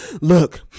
look